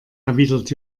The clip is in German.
erwidert